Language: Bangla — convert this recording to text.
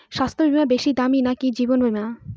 স্বাস্থ্য বীমা বেশী দামী নাকি জীবন বীমা?